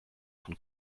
von